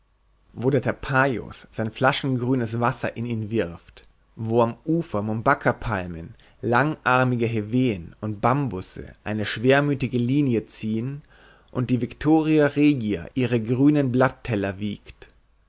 wo der tapajos sein flaschengrünes wasser in ihn wirft wo am ufer mumbakapalmen langarmige heveen und bambusse eine schwermütige linie ziehen und die victoria regia ihre grünen blatteller wiegt